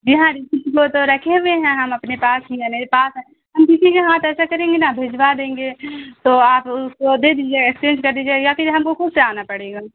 جی ہاں ریسیو وہ تو رکھے ہوئے ہیں ہم اپنے پاس ہی ہے میرے پاس ہے ہم کسی کے ہاتھ ایسا کریں گے نا بھیجوا دیں گے تو آپ اس کو دے دیجیے گا ایکسچینج کر دیجیے گا یا پھر ہم کو خود سے آنا پڑے گا